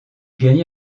gagna